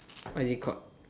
what is it called